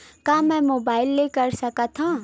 का मै मोबाइल ले कर सकत हव?